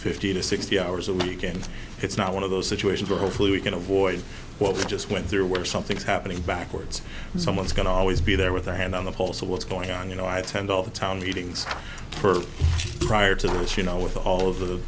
fifty to sixty hours a week and it's not one of those situations where hopefully we can avoid what we just went through where something's happening backwards someone's going to always be there with their hand on the pulse of what's going on you know i attend all the town meetings for prior to this you know with all of the